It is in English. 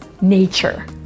nature